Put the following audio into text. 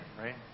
right